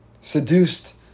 Seduced